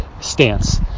stance